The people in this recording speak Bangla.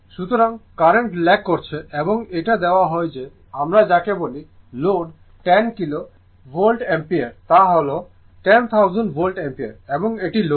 সুতরাং কারেন্ট ল্যাগ করছে এবং এটা দেওয়া হয় যে আমরা যাকে বলি লোড 10 কিলো ভোল্ট অ্যাম্পিয়ার তা হল 10000 ভোল্ট অ্যাম্পিয়ার এবং এটি লোড